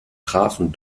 trafen